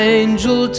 angel